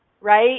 Right